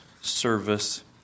service